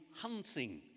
hunting